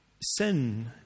sin